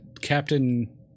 Captain